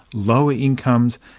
lower incomes,